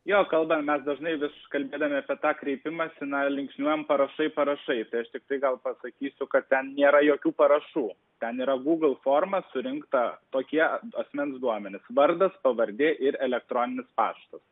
jo kalbam mes dažnai vis kalbėdami apie tą kreipimąsi na linksniuojam parašai parašai tai aš tiktai gal pasakysiu kad ten nėra jokių parašų ten yra gūgl forma surinkta tokie asmens duomenys vardas pavardė ir elektroninis paštas